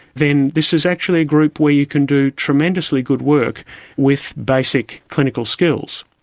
then this is actually a group where you can do tremendously good work with basic clinical skills.